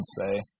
say